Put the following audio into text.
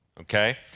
okay